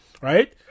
right